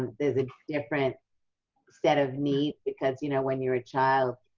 there's a different set of needs, because, you know, when you're a child,